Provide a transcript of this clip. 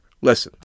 Listen